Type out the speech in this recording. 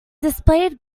displayed